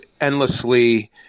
endlessly